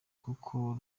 kuko